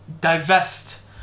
divest